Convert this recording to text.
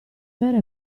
vera